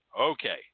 Okay